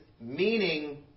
meaning